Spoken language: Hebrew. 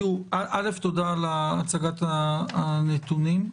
א', תודה על הצגת הנתונים.